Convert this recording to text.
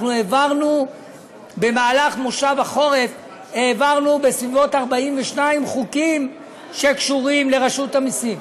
אנחנו העברנו במהלך מושב החורף בסביבות 42 חוקים שקשורים לרשות המסים.